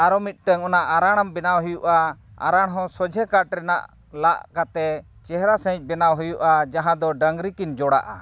ᱟᱨᱚ ᱢᱤᱫᱴᱟᱝ ᱚᱱᱟ ᱟᱨᱟᱲ ᱵᱮᱲᱟᱣ ᱦᱩᱭᱩᱜᱼᱟ ᱟᱨᱟᱲ ᱦᱚᱸ ᱥᱚᱡᱷᱮ ᱠᱟᱴ ᱨᱮᱱᱟᱜ ᱞᱟᱜ ᱠᱟᱛᱮᱫ ᱪᱮᱦᱨᱟ ᱥᱟᱹᱦᱤᱡ ᱵᱮᱱᱟᱣ ᱦᱩᱭᱩᱜᱼᱟ ᱡᱟᱦᱟᱸ ᱫᱚ ᱰᱟᱝᱨᱤ ᱠᱤᱱ ᱡᱚᱲᱟᱜᱼᱟ